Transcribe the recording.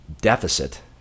deficit